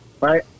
Right